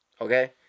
Okay